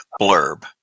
blurb